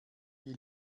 die